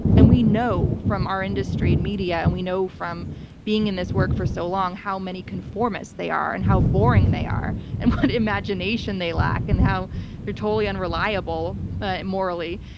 we know from our industry, media, and we know from being in this work for so long how many conformists they are and how boring they are and what imagination they lack and how they're totally unreliable morally.